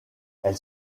elle